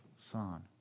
Son